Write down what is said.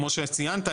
כמו שציינת,